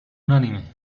unánime